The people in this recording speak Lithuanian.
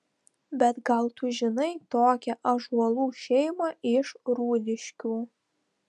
bet gal tu žinai tokią ąžuolų šeimą iš rūdiškių